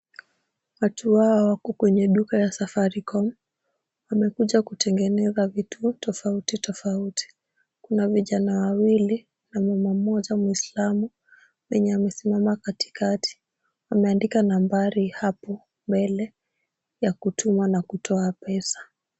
Watu hawa wako kwenye duka ya safaricom. Wamekuja kutengeneza vitu tofauti tofauti. Kuna vijana wawili na mama mmoja muislamu, mwenye amesimama katikati. Wameandika nambari hapo mbele ya kutuma na kutoa pesa.